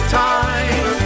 time